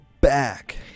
back